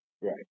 Right